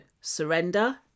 surrender